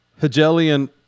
Hegelian